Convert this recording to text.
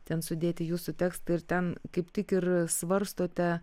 ten sudėti jūsų tekstai ir ten kaip tik ir svarstote